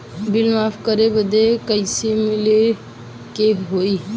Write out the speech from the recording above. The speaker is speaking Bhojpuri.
बिल माफ करे बदी कैसे मिले के होई?